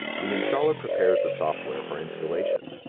the installer prepares the software for installation.